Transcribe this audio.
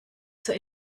zur